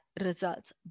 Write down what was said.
results